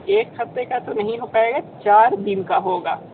एक हफ़्ते का तो नहीं हो पाएगा चार दिन का होगा